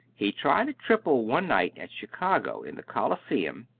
he tried a triple one night at chicago, in the coliseum,